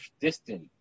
distant